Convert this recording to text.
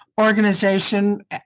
organization